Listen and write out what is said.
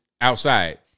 outside